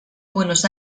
buenos